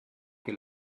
que